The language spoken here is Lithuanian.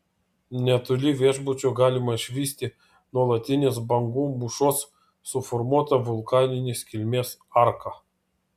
netoli viešbučio galima išvysti nuolatinės bangų mūšos suformuotą vulkaninės kilmės arką